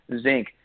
zinc